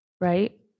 right